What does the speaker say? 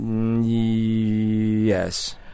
Yes